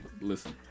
Listen